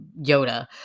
Yoda